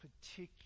particular